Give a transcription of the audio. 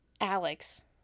Alex